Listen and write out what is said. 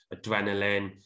adrenaline